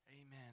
Amen